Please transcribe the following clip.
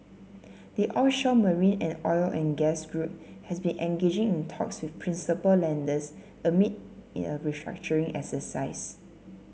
the offshore marine and oil and gas group has been engaging in talks with principal lenders amid a restructuring exercise